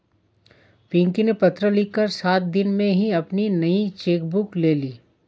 पिंकी ने पत्र लिखकर सात दिन में ही अपनी नयी चेक बुक ले ली